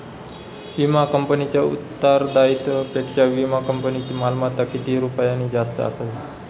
विमा कंपनीच्या उत्तरदायित्वापेक्षा विमा कंपनीची मालमत्ता किती रुपयांनी जास्त असावी?